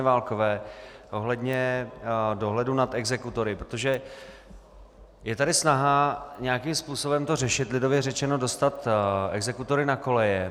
Válkové ohledně dohledu nad exekutory, protože je tady snaha nějakým způsobem to řešit, lidově řečeno dostat exekutory na koleje.